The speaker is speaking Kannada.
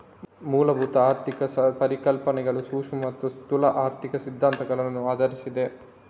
ಮೂಲಭೂತ ಆರ್ಥಿಕ ಪರಿಕಲ್ಪನೆಗಳು ಸೂಕ್ಷ್ಮ ಮತ್ತೆ ಸ್ಥೂಲ ಆರ್ಥಿಕ ಸಿದ್ಧಾಂತಗಳನ್ನ ಆಧರಿಸಿದೆ